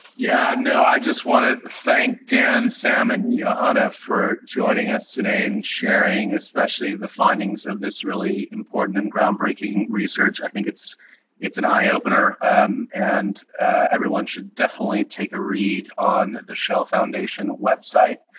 yeah. no, i just want to thank dan, sam, and johanna for joining us today and sharing especially the findings of this really important and groundbreaking research. i think it's it's an eye-opener and everyone should definitely take a read on the shell foundation website.